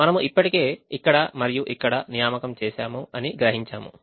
మనము ఇప్పటికే ఇక్కడ మరియు ఇక్కడ నియామకం చేసాము అని గ్రహించాము